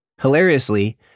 Hilariously